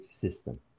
system